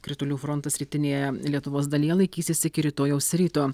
kritulių frontas rytinėje lietuvos dalyje laikysis iki rytojaus ryto